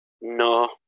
No